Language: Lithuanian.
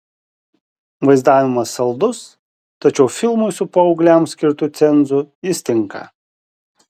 vaizdavimas saldus tačiau filmui su paaugliams skirtu cenzu jis tinka